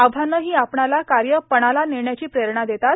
आव्हाने हों आपणाला काय पणाला नेण्याची प्रेरणा देतात